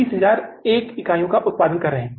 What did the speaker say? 30000 अब हम कितना उत्पादन कर रहे हैं